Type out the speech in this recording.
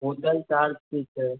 hotel charge की छै